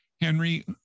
Henry